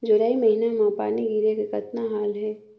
जुलाई महीना म पानी गिरे के कतना हाल हे?